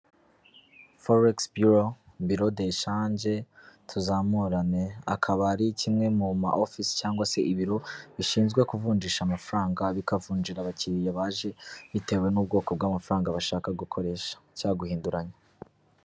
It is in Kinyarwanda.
Foregisi biro birodeshanje tuzamurane, akaba ari kimwe mu ma ofisi cyangwa se ibiro bishinzwe kuvunjisha amafaranga, bikavunjira abakiriya baje bitewe n'ubwoko bw'amafaranga bashaka gukoresha cyangwa guhinduranya.